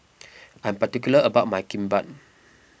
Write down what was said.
I am particular about my Kimbap